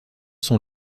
sont